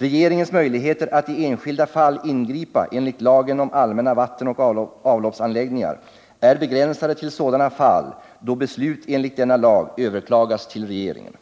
Regeringens möjligheter att i enskilda fall ingripa enligt lagen om allmänna vattenoch avloppsanläggningar är begränsade till sådana fall då beslut enligt denna lag överklagas till regeringen.